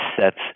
sets